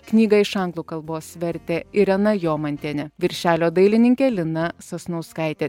knygą iš anglų kalbos vertė irena jomantienė viršelio dailininkė lina sasnauskaitė